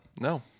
No